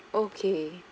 okay